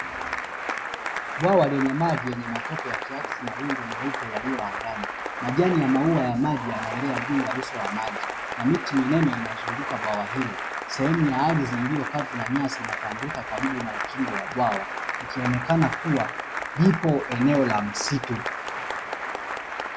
Bwawa lenye maji yenye matope yakiakisi mawingu meupe yaliyo angani. Majani ya maua ya maji yanaelea juu ya uso wa maji, na miti minene inazunguka bwawa hilo. Sehemu ya ardhi iliyo kavu na nyasi inatandika kwa ukingo wa bwawa, ikionekana kuwa lipo eneo la msitu.